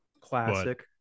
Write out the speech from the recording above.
classic